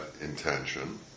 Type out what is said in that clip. intention